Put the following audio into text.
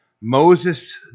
Moses